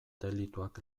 delituak